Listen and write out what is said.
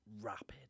rapid